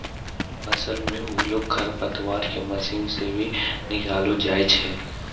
फसल मे उगलो खरपतवार के मशीन से भी निकालो जाय छै